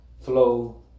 flow